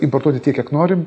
importuoti tiek kiek norim